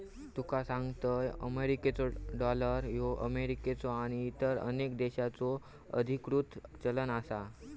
तुका सांगतंय, मेरिकेचो डॉलर ह्यो अमेरिकेचो आणि इतर अनेक देशांचो अधिकृत चलन आसा